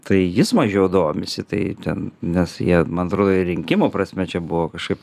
tai jis mažiau domisi tai ten nes jie man atrodo ir rinkimų prasme čia buvo kažkaip